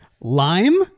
Lime